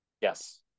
Yes